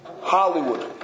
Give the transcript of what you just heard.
Hollywood